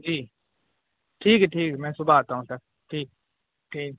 جی ٹھیک ہے ٹھیک ہے میں صبح آتا ہوں سر ٹھیک ٹھیک